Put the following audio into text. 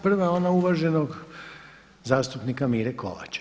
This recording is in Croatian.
Prva je ona uvaženog zastupnika Mire Kovača.